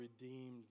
redeemed